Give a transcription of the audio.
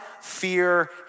fear